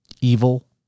evil